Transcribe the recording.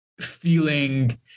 feeling